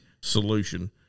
solution